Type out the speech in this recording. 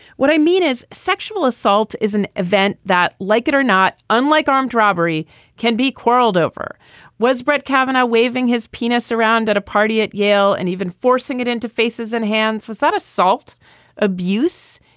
what i mean is sexual assault is an event that like it or not unlike armed robbery can be quarreled over was brett kavanaugh waving his penis around at a party at yale and even forcing it into faces and hands was that assault abuse.